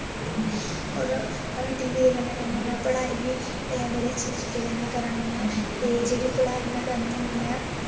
और टीवी दे कन्नै कन्नै में पढ़ाई बी बड़े अच्छे तरीके कन्नै करा नी ऐं ते जेह्ड़ी पढ़ाई में करनी होन्नी ऐं